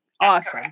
Awesome